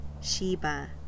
Sheba